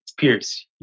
Pierce